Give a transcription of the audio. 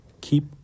keep